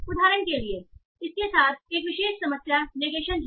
उदाहरण के लिए इसके साथ एक विशेष समस्या नेगेशन है